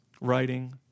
writing